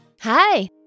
Hi